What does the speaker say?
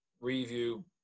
review